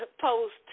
post